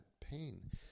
pain